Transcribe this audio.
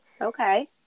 Okay